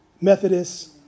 Methodist